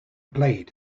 blade